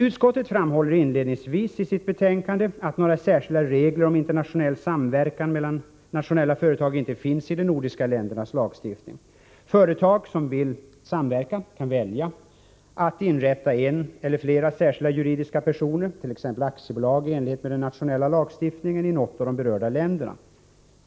Utskottet framhåller inledningsvis i sitt betänkande att några särskilda regler om internationell samverkan mellan nationella företag inte finns i de nordiska ländernas lagstiftning. Företag som vill samverka kan välja att inrätta en eller flera särskilda juridiska personer, t.ex. aktiebolag, i enlighet med den nationella lagstiftningen i något av de berörda länderna.